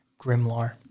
Grimlar